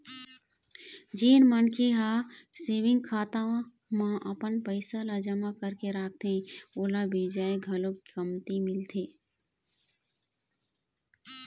जेन मनखे मन ह सेविंग खाता म अपन पइसा ल जमा करके रखथे ओला बियाज घलोक कमती मिलथे